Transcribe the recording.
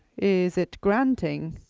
is it granting